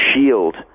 shield